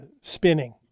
spinning